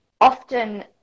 often